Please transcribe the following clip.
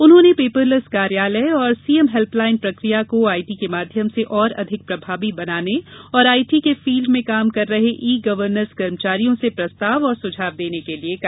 उन्होंने पेपरलेस कार्यालय और सीएम हेल्पलाइन प्रकिया को आईटी के माध्यम से और अधिक प्रभावी बनाने वाले और आईटी के फील्ड में काम कर रहे ई गवर्नेस कर्मचारियों से प्रस्ताव व सुझाव देने के लिये कहा